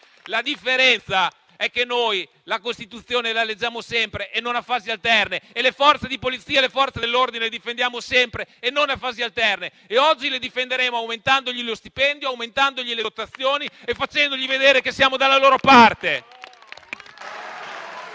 La differenza è che noi la Costituzione la leggiamo sempre, e non a fasi alterne, e le Forze di polizia e le Forze dell'ordine le difendiamo sempre, non a fasi alterne. Oggi le difenderemo aumentandogli lo stipendio, aumentandogli le dotazioni e facendogli vedere che siamo dalla loro parte.